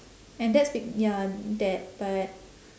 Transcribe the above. and that's b~ ya that but